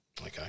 Okay